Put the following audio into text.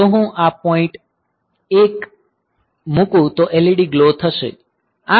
જો હું આ પોઈન્ટ એ 1 મુકું તો LED ગ્લો થશે